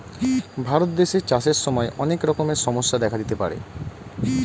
ভারত দেশে চাষের সময় অনেক রকমের সমস্যা দেখা দিতে পারে